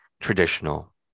traditional